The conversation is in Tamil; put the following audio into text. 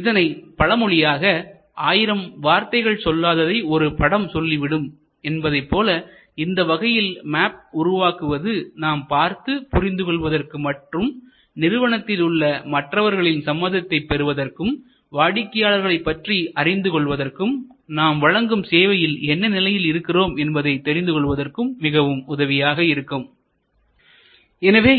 இதனை பழமொழியாக ஆயிரம் வார்த்தைகள் சொல்லாததை ஒரு படம் சொல்லிவிடும் என்பதைப்போல இந்த வகையில் மேப் உருவாக்குவது நாம் பார்த்து புரிந்து கொள்வதற்கு மற்றும் நிறுவனத்தில் உள்ள மற்றவர்களின் சம்மதத்தைப் பெறுவதற்கும் வாடிக்கையாளர்களைப் பற்றி அறிந்து கொள்வதற்கும் நாம் வழங்கும் சேவையில் என்ன நிலையில் இருக்கிறோம் என்பதை தெரிந்து கொள்வதற்கு மிகவும் உதவியாக இருக்கும் எனவே